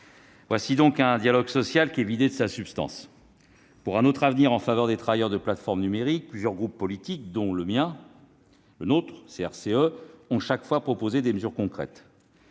voici donc un dialogue social vidé de sa substance. Pour un autre avenir en faveur des travailleurs des plateformes numériques, plusieurs groupes politiques, dont le CRCE, ont, en plusieurs occasions, proposé des mesures concrètes,